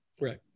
Right